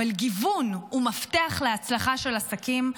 אבל גיוון הוא מפתח להצלחה של עסקים.